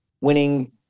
winning